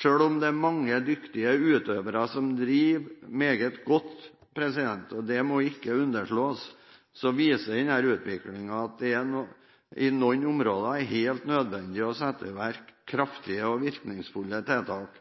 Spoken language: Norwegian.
Selv om det er mange dyktige utøvere som driver meget godt – og det må ikke underslås – viser denne utviklingen at det i noen områder er helt nødvendig å sette i verk kraftige og virkningsfulle tiltak.